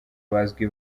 bazwi